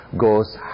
goes